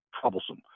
troublesome